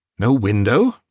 no window,